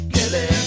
Killing